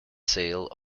sale